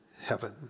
heaven